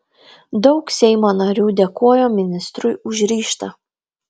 daug seimo narių dėkojo ministrui už ryžtą